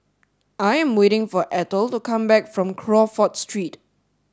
I am waiting for Eithel to come back from Crawford Street